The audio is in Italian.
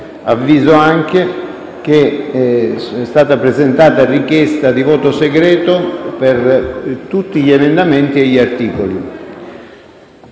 Avviso anche che è stata presentata richiesta di voto segreto per tutti gli emendamenti e gli articoli.